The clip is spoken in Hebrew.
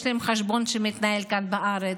ויש להם חשבון שמתנהל כאן בארץ.